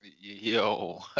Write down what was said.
Yo